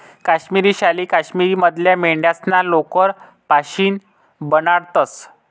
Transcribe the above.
काश्मिरी शाली काश्मीर मधल्या मेंढ्यास्ना लोकर पाशीन बनाडतंस